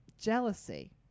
jealousy